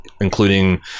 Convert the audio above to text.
including